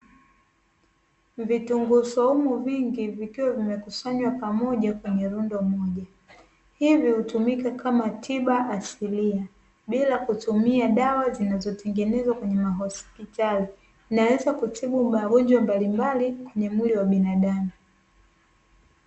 Vitunguu swaumu vingi vikiwa vimekusanywa pamoja kwenye lundo moja, hivi hutumika kama tiba asilia bila kutumia dawa zinazo tengenezwa kwenye ma hospitali, zinaweza kutibu magonjwa mbalimbali kwenye mwili wa binadamu.